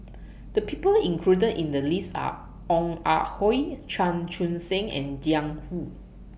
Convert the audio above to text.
The People included in The list Are Ong Ah Hoi Chan Chun Sing and Jiang Hu